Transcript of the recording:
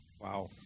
Wow